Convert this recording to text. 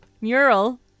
mural